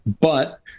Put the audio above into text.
But-